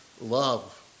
love